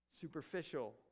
superficial